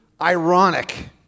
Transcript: ironic